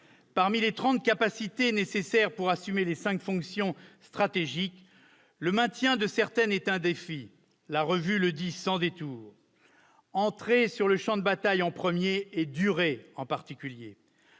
Trente capacités sont nécessaires pour assumer les cinq fonctions stratégiques. Le maintien de certaines d'entre elles est un défi, la revue le dit sans détour : entrer sur le champ de bataille en premier et durer, en particulier.